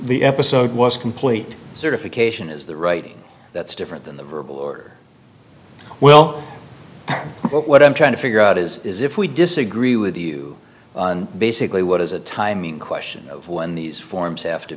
the episode was complete certification is the right that's different than the verbal order well what i'm trying to figure out is is if we disagree with you on basically what is a timing question when these forms have to